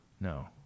No